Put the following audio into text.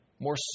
more